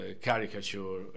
caricature